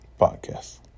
podcast